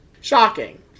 Shocking